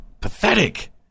Pathetic